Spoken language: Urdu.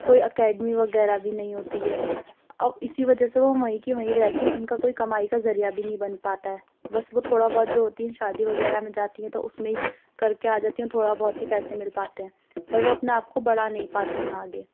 کوئی اکیڈمی وغیرہ بھی نہیں ہوتی ہے آو اِسی وجہ سے وہ وہیں کی وہیں رہتی ہیں اُن کا کوئی کمائی کا ذریعہ بھی نہیں بن پاتا ہے بس وہ تھوڑا بہت جو ہوتی ہیں شادی وغیرہ میں جاتی ہیں تو اُس میں ہی کر کے آ جاتی ہیں تھوڑا بہت ہی پیسے مل پاتے ہیں پر وہ اپنے آپ کو بڑھا نہیں پاتی ہیں آگے